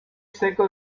seco